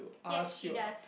yes she does